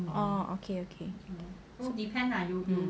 orh okay okay um